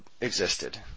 existed